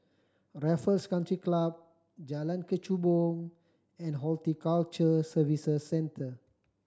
Raffles Country Club Jalan Kechubong and Horticulture Services Centre